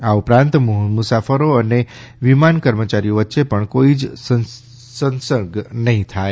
આ ઉપરાંત મુસાફરો અને વિમાન કર્મચારીઓ વચ્ચે પણ કોઈ જ સંસર્ગ નહીં થાય